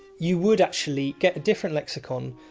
you would actually get a different lexicon.